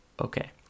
Okay